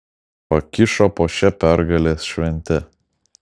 pakišo po šia pergalės švente